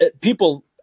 people